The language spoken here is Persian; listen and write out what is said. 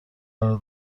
قرار